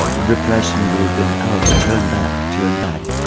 ah repression will win out. turn back. turn back.